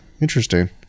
interesting